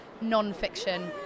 non-fiction